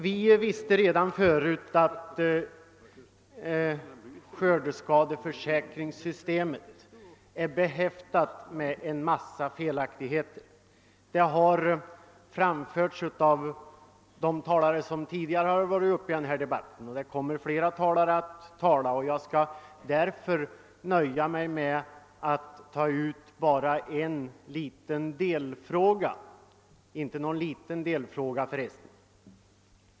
Vi visste redan förut att skördeskadeförsäkringssystemet är behäftat med en massa felaktigheter. Att det finns brister har framhållits av flera tidigare talare, och det kommer att beröras av de efterföljande. Jag skall därför nöja mig med att ta upp en enda delfråga.